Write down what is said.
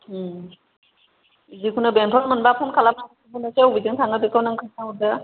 उम जेखुनु बेंथल मोनबा फन खालामना हरनोसै अबेजों थाङो बेखौ नों खोन्थाह'रदो